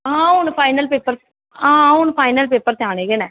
आं हून final paper आं हून फाईनल पेपर ते आने गै न